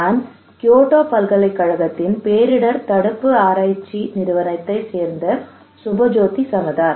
நான் கியோட்டோ பல்கலைக்கழகத்தின் பேரிடர் தடுப்பு ஆராய்ச்சி நிறுவனத்தைச் சேர்ந்த சுபஜோதி சமதார்